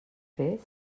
fer